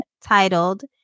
titled